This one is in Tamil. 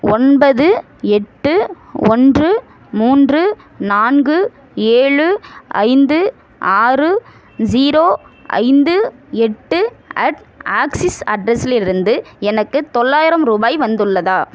ஒன்பது எட்டு ஒன்று மூன்று நான்கு ஏழு ஐந்து ஆறு ஜீரோ ஐந்து எட்டு அட் ஆக்ஸிஸ் அட்ரஸிலிருந்து எனக்கு தொள்ளாயிரம் ரூபாய் வந்துள்ளதா